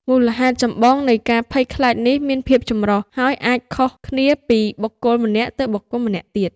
មូលហេតុចម្បងនៃការភ័យខ្លាចនេះមានភាពចម្រុះ ហើយអាចខុសគ្នាពីបុគ្គលម្នាក់ទៅបុគ្គលម្នាក់ទៀត។